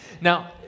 Now